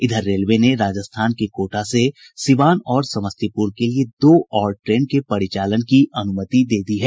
इधर रेलवे ने राजस्थान के कोटा से सीवान और समस्तीपुर के लिए दो और ट्रेन के परिचालन की अनुमति दे दी है